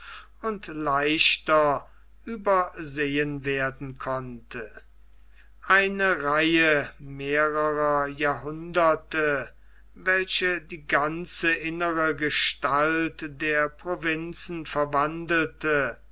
und leichter übersehen werden konnte eine reihe mehrerer jahrhunderte welche die ganze innere gestalt der provinzen verwandelte